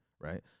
right